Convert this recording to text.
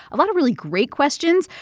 a lot of really great questions.